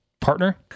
partner